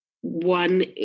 one